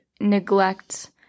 neglect